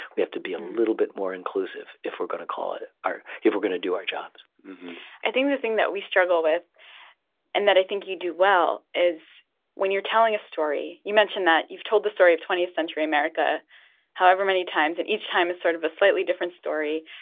we have to be a little bit more inclusive if we're going to call it our if we're going to do our jobs i think the thing that we struggle with and that i think you do well is when you're telling a story you mentioned that you've told the story of twentieth century america however many times, and each time is sort of a slightly different story.